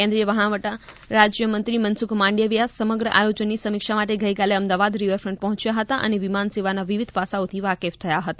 કેન્દ્રિય વહાણવટા રાજ્ય મંત્રી મનસુખ માંડવિયા સમગ્ર આયોજનની સમિક્ષા માટે ગઇકાલે અમદાવાદ રિવરફંટ પર્હોંચ્યા હતા અને વિમાન સેવાના વિવિધ પાસાઓથી વાકેફ થયા હતા